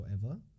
forever